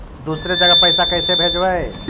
दुसरे जगह पैसा कैसे भेजबै?